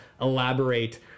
elaborate